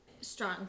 strong